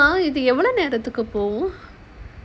இது எவ்ளோ நேரத்துக்கு போகும்:idhu evlo nerathuku pogum